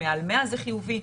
מעל 100 זה חיובי.